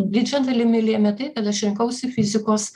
didžia dalimi lėmė tai kad aš rinkausi fizikos